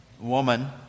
Woman